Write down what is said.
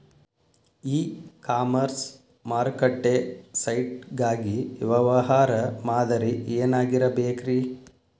E commerce ಮಾರುಕಟ್ಟೆ site ಗಾಗಿ ವ್ಯವಹಾರ ಮಾದರಿ ಏನಾಗಿರಬೇಕ್ರಿ?